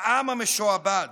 בעם המשועבד,